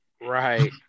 right